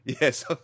Yes